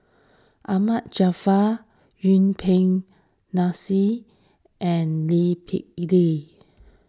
Ahmad Jaafar Yuen Peng Nancy and Lee Kip Lee